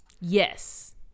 Yes